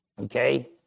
okay